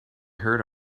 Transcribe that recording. heard